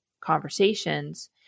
conversations